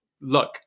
look